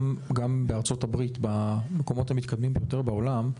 גם בארצות הברית, במקומות המתקדמים ביותר בעולם,